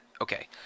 Okay